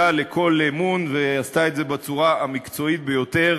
לכל אמון ועשתה את זה בצורה המקצועית ביותר,